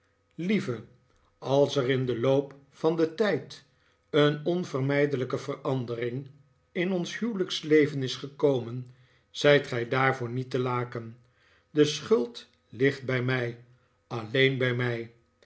lieve als er in den loop van den tijd een onvermijdelijke verandering in ons huwelijksleveh is gekomen zijt gij daarvoor niet te laken de schuld ligt bij mij alleen bij m'i